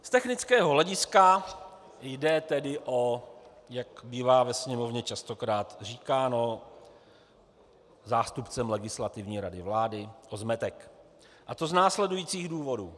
Z technického hlediska jde tedy, jak bývá ve Sněmovně častokrát říkáno zástupcem Legislativní rady vlády, o zmetek, a to z následujících důvodů.